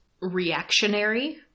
reactionary